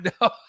No